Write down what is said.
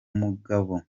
mugabo